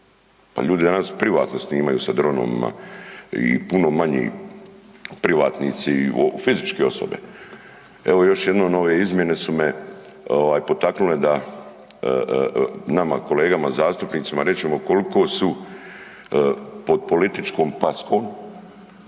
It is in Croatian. ljudi danas privatno snimaju sa dronovima i puno manji privatnici i fizičke osobe. Evo, još jednom ove izmjene su me potaknule da nama kolegama zastupnicima rečemo koliko su pod političkom paskom